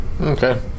Okay